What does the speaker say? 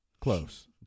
Close